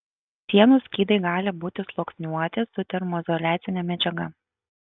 sienų skydai gali būti sluoksniuoti su termoizoliacine medžiaga